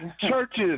Churches